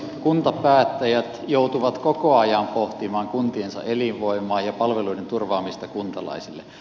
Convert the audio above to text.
kuntapäättäjät joutuvat koko ajan pohtimaan kuntiensa elinvoimaa ja palveluiden turvaamista kuntalaisille